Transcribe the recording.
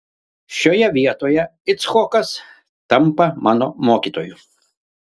šioje vietoje icchokas tampa mano mokytoju